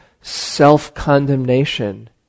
self-condemnation